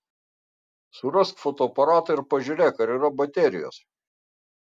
surask fotoaparatą ir pažiūrėk ar yra baterijos